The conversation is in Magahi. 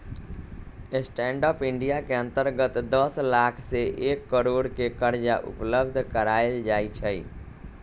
स्टैंड अप इंडिया के अंतर्गत दस लाख से एक करोड़ के करजा उपलब्ध करायल जाइ छइ